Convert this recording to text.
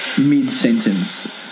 mid-sentence